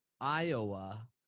Iowa